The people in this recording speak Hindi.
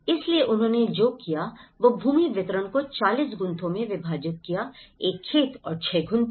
इसलिए उन्होंने जो किया वह भूमि वितरण को 40 गुंथों में विभाजित किया एक खेत और 6 गुंथे